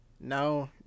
No